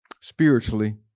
spiritually